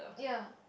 ya